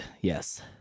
yes